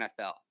NFL